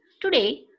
Today